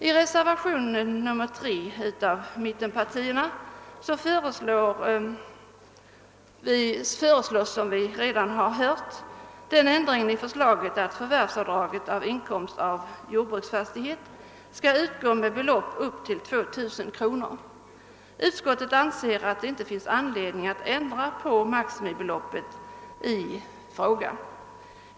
I reservationen 3 vid bevillningsutskottets betänkande nr 40, som avgivits av mittenpartiernas representanter, föreslås — som vi redan hört — den ändringen i förslaget att förvärvsavdrag vid inkomst av jordbruksfastighet skall få göras med belopp på upp till 2 000 kr. Utskottet har emellertid ansett att det inte finns anledning att ändra på maximibeloppet.